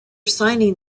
signing